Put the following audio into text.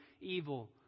evil